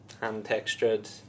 hand-textured